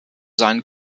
seinen